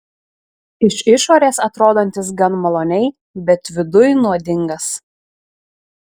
iš išorės atrodantis gan maloniai bet viduj nuodingas